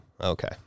okay